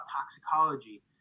toxicology